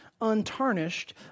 untarnished